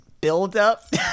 buildup